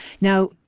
Now